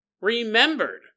remembered